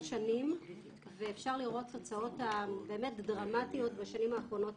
שנים ואפשר לראות תוצאות באמת דרמטיות בשנים האחרונות.